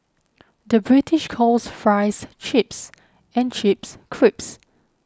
the British calls Fries Chips and Chips Crisps